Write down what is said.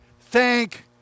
thank